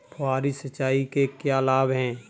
फुहारी सिंचाई के क्या लाभ हैं?